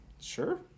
Sure